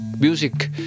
music